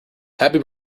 happy